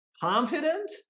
confident